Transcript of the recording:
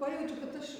pajaučiu kad aš